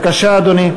אדוני.